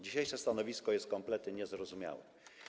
Dzisiejsze stanowisko jest kompletnie niezrozumiałe.